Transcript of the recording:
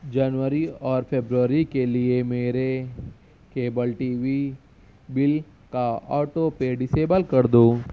جنوری اور فیبروری کے لیے میرے کیبل ٹی وی بل کا آٹو پے ڈسیبل کر دو